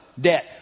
debt